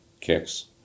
kicks